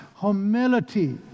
humility